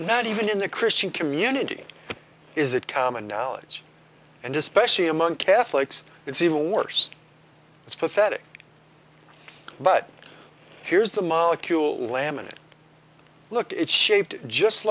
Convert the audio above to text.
not even in the christian community is it common knowledge and especially among catholics it's even worse it's pathetic but here's the molecule laminate look it's shaped just